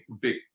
big